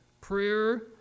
Prayer